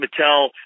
Mattel